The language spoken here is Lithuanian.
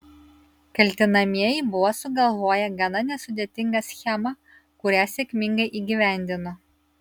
kaltinamieji buvo sugalvoję gana nesudėtingą schemą kurią sėkmingai įgyvendino